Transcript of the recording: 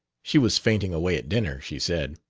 she was fainting away at dinner, she said.